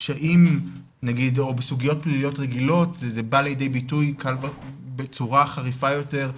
שאם נגיד בסוגיות פליליות רגילות זה בא לידי ביטוי בצורה חריפה יותר,